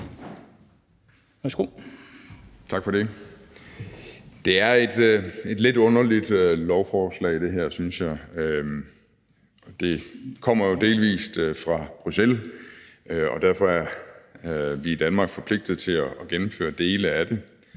Tak for det. Det er et lidt underligt lovforslag, synes jeg. Det kommer jo delvis fra Bruxelles, og derfor er vi i Danmark forpligtet til at gennemføre dele af det,